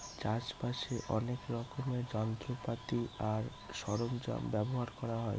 চাষ বাসে অনেক রকমের যন্ত্রপাতি আর সরঞ্জাম ব্যবহার করা হয়